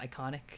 iconic